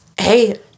hey